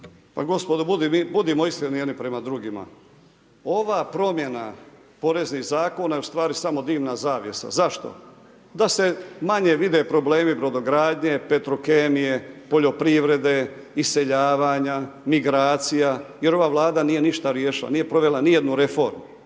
Pa gospodo budimo iskreni jedni prema drugima. Ova promjena poreznih zakona je ustvari samo dimna zavjesa, zašto? Da se manje vide problemi brodogradnje, Petrokemije, poljoprivrede, iseljavanja, migracija, jer ova vlada nije ništa riješila, nije provela nijednu reformu.